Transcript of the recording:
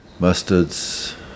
mustards